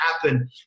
happen